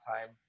time